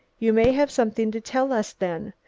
you may have something to tell us then.